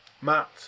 Matt